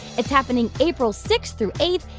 it's happening april six through eight.